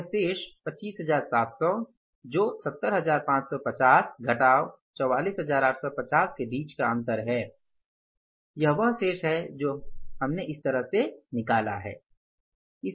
यह शेष 25700 है जो 70550 घटाव ४४८५० के बीच का अंतर है ४४ is ५० वह शेष है जो हमने इस तरह से गणना की है